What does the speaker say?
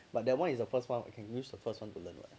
but that one is the first one you can use the first one to learn [what]